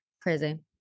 Crazy